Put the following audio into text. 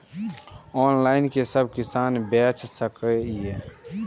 Online कि सब किसान बैच सके ये?